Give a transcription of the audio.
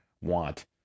want